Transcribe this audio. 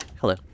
hello